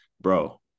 bro